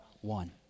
one